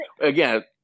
again